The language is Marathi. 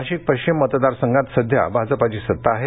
नाशिक पश्चिम मतदार संघांत सध्या भाजपची सत्ता आहे